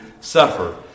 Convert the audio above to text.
suffer